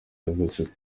yavutse